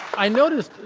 i noticed,